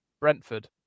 Brentford